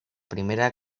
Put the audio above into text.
primera